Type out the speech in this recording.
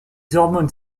hormones